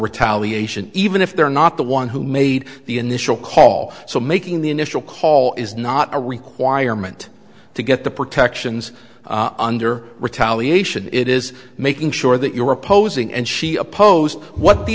retaliation even if they're not the one who made the initial call so making the initial call is not a requirement to get the protections under retaliation it is making sure that you are opposing and she opposed what the